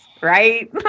right